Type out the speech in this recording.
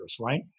right